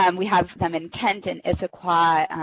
um we have them in kent, and issaquah,